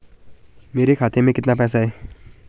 मेरे खाते में कितना पैसा है?